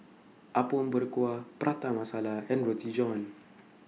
Apom Berkuah Prata Masala and Roti John